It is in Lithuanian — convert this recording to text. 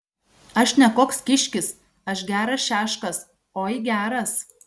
aš ne koks kiškis aš geras šeškas oi geras